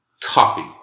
coffee